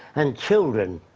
and children,